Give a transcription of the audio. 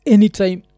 Anytime